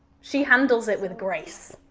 she handles it with brace,